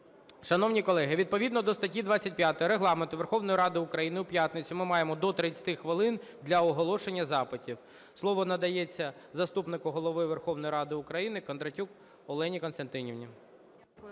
Шановні колеги, відповідно до статті 25 Регламенту Верховної Ради України в п'ятницю ми маємо до 30 хвилин для оголошення запитів. Слово надається заступнику Голови Верховної Ради України Кондратюк Олені Костянтинівні.